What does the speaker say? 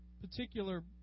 particular